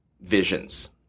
visions